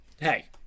hey